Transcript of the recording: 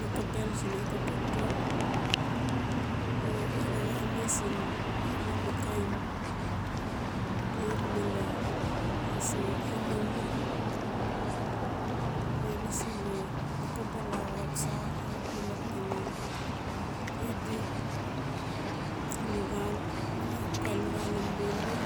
Lokoble siin iaa ta dokdok o iraa ga xalame siin abala matkain male iaa se aina uul iaa lasi we lokobel axau tsa axap lelep ngali adi lucal nawe axap ka luxal in mono